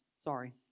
Sorry